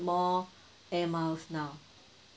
more air miles now